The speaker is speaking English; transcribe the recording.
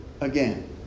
again